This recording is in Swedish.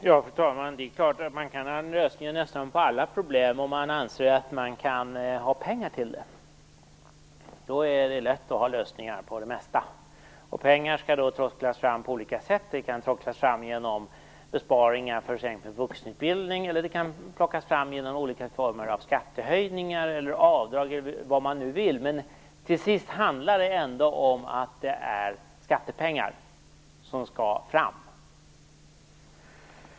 Fru talman! Det är klart att man kan ha lösningar på nästan alla problem om man anser att man har pengar. Då är det lätt att ha lösningar på det mesta. Pengar skall då tråcklas fram på olika sätt. De kan tråcklas fram genom besparingar på t.ex. vuxenutbildning eller de kan plockas fram genom olika former av skattehöjningar, avdrag eller vad man vill. Till sist handlar det ändå om att det är skattepengar som skall fram.